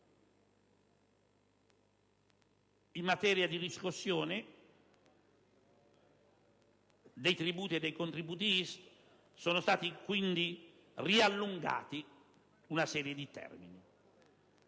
In materia di riscossione dei tributi e dei contributi INPS sono stati poi riallungati una serie di termini.